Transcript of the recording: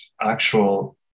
actual